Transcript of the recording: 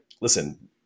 listen